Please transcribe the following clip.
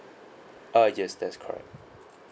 uh yes that is correct